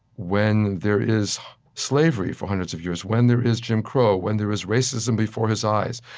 when there is slavery for hundreds of years, when there is jim crow, when there is racism before his eyes,